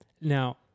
now